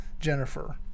jennifer